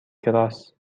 کراس